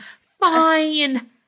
Fine